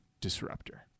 Disruptor